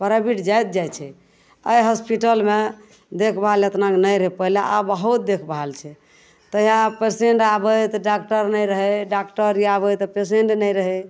private जाइत जाइ छै अइ हॉस्पिटलमे देखभाल एतना नहि रहय पहिले आब बहुत देखभाल छै तऽ यहाँ पेसेन्ट आबय तऽ डॉक्टर नहि रहय डॉक्टर आबय तऽ पेसेन्ट नहि रहय